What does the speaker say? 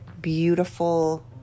beautiful